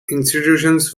institutions